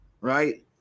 right